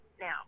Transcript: now